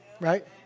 Right